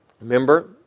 remember